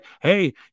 hey